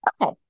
okay